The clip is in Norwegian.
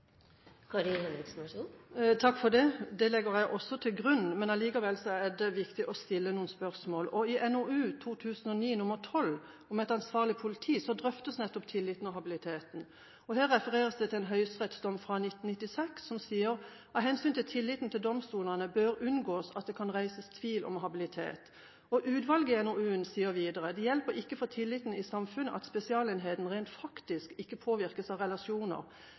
Takk for det. Det legger jeg også til grunn. Likevel er det viktig å stille noen spørsmål. I NOU 2009: 12 Et ansvarlig politi drøftes nettopp tilliten og habiliteten. Her refereres det til en høyesterettsdom fra 1996 som sier at det «av hensyn til tilliten til domstolene bør unngås at det reises tvil om habilitet». Utvalget i NOU-en sier videre: «Det hjelper ikke for tilliten i samfunnet at Spesialenheten rent faktisk ikke påvirkes av relasjoner